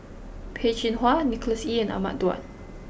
Peh Chin Hua Nicholas Ee and Ahmad Daud